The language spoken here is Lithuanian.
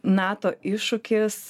nato iššūkis